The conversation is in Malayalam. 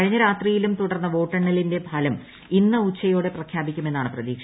കഴിഞ്ഞ രാ്ട്രതിയിലും തുടർന്ന വോട്ടെണ്ണലിന്റെ ഫലം ഇന്ന് ഉച്ചയോളട്ട് പ്രെഖ്യാപിക്കുമെന്നാണ് പ്രതീക്ഷ